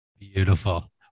Beautiful